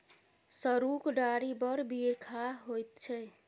सरुक डारि बड़ बिखाह होइत छै